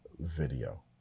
video